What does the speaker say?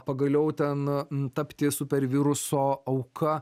pagaliau ten tapti superviruso auka